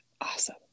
Awesome